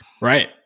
Right